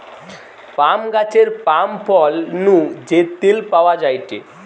পাম গাছের পাম ফল নু যে তেল পাওয়া যায়টে